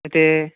అయితే